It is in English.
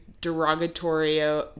derogatory